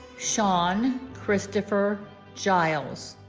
sean christopher giles